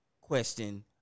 question